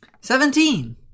Seventeen